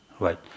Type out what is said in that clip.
Right